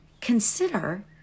consider